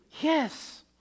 yes